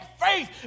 faith